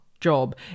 job